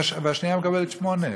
והשנייה מקבלת 8,000,